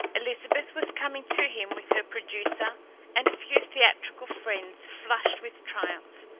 elizabeth was coming to him with her producer and a few theatrical friends, flushed with triumph.